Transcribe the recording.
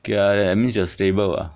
k lah that means you're stable what